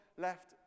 left